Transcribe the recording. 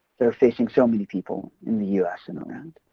that are facing so many people in the us and around.